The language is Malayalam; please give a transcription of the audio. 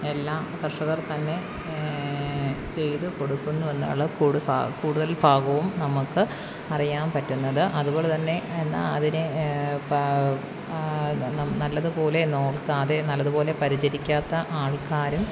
എല്ലാം കർഷകർ തന്നെ ചെയ്ത് കൊടുക്കുന്നു എന്നുള്ള കൂടുതൽ ഭാഗവും നമുക്ക് അറിയാൻ പറ്റുന്നത് അതുപോലെ തന്നെ എന്നാൽ അതിനെ നല്ലതുപോലെ നോക്കാതെ നല്ലതുപോലെ പരിചരിക്കാത്ത ആൾക്കാരും